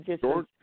George